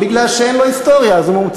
כי אין לו היסטוריה, אז הוא מומצא.